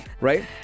right